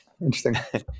interesting